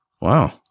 Wow